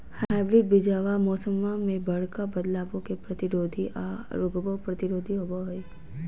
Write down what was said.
hybrid बीजावा मौसम्मा मे बडका बदलाबो के प्रतिरोधी आ रोगबो प्रतिरोधी होबो हई